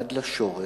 עד לשורש,